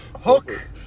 Hook